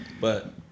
But-